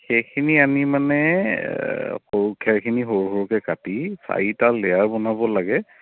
সেইখিনি আমি মানে সৰু খেৰখিনি সৰু সৰুকৈ কাটি চাৰিটা লেয়াৰ বনাব লাগে